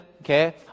okay